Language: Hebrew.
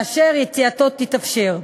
כאשר יציאתו תתאפשר.